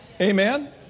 Amen